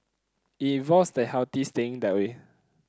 it involves the healthy staying that way